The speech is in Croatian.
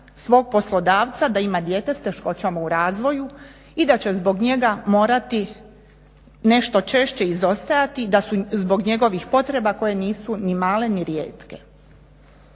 svog poslodavca da ima dijete s teškoćama u razvoju i da će zbog njega morati nešto češće izostajati, da su zbog njegovih potreba koje nisu ni male ni rijetke.